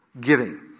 giving